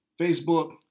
Facebook